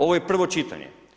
Ovo je prvo čitanje.